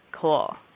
Cool